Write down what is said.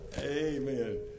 Amen